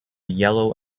yellow